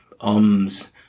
ums